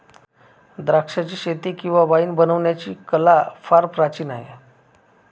द्राक्षाचीशेती किंवा वाईन बनवण्याची कला फार प्राचीन आहे